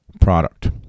product